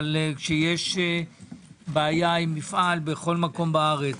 אבל כשיש בעיה עם מפעל בכל מקום בארץ,